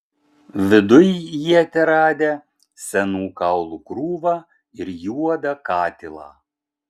viduj jie teradę senų kaulų krūvą ir juodą katilą